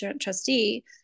trustee